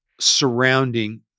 surrounding